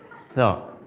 so,